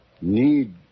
Need